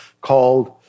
called